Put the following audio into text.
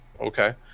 Okay